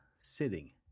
sitting